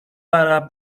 para